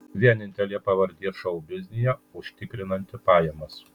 vienintelė pavardė šou biznyje užtikrinanti pajamas